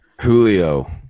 Julio